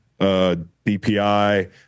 DPI